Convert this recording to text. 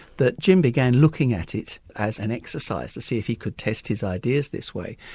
that jim began looking at it as an exercise to see if he could test his ideas this way.